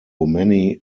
many